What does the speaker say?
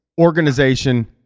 organization